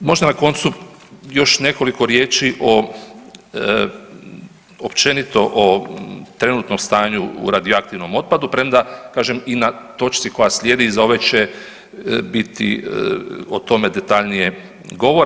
Možda na koncu još nekoliko riječi o općenito o trenutnom stanju o radioaktivnom otpadu, premda, kažem, i na točci koja slijedi iza ove će biti o tome detaljnije govora.